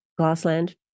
Glassland